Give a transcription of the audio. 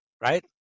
right